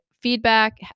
feedback